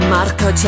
Marco